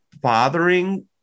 bothering